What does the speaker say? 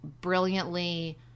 brilliantly